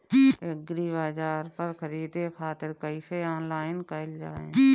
एग्रीबाजार पर खरीदे खातिर कइसे ऑनलाइन कइल जाए?